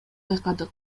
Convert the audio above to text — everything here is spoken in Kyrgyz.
байкадык